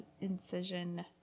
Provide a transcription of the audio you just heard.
incision